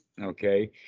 okay